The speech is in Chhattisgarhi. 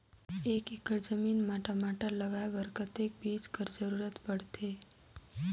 एक एकड़ जमीन म टमाटर लगाय बर कतेक बीजा कर जरूरत पड़थे?